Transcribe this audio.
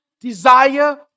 desire